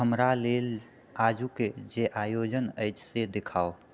हमरा लेल आजुक जे आयोजन अछि से देखाउ